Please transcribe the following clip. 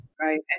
right